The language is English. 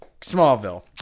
Smallville